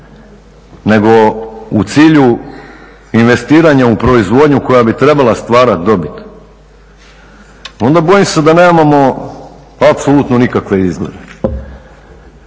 nego u cilju investiranja u proizvodnju koja bi trebala stvarati dobit. Onda bojim se da nemamo apsolutno nikakve izglede.